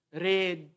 red